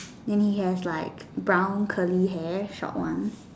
and he has he has like brown curly hair short ones